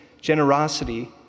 generosity